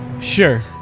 Sure